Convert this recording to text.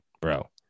bro